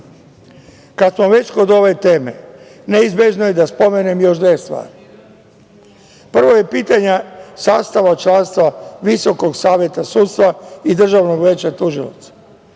smo već kod ove teme, neizbežno je da spomenem još dve stvari. Prvo je pitanje sastava članstva Visokog saveta sudstva i Državnog veća tužilaca.